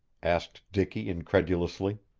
asked dicky incredulously.